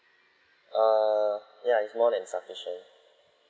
err ya is more than sufficient